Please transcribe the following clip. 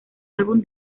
álbum